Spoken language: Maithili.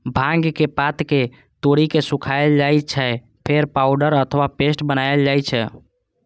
भांगक पात कें तोड़ि के सुखाएल जाइ छै, फेर पाउडर अथवा पेस्ट बनाएल जाइ छै